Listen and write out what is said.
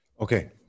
Okay